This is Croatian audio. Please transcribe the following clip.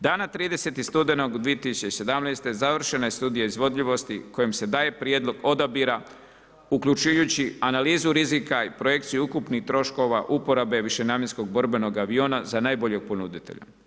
Dana 30.studenog 2017. završena je studija izvodljivosti kojom se daje prijedlog odabira uključujući analizu rizika i projekciju ukupnih troškova uporabe višenamjenskog borbenog aviona za najboljeg ponuditelja.